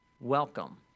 welcome